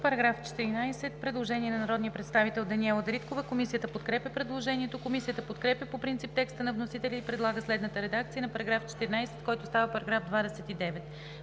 Параграф 14 – предложение на народния представител Даниела Дариткова. Комисията подкрепя предложението. Комисията подкрепя по принцип текста на вносителя и предлага следната редакция на § 14, който става § 29: „§ 29.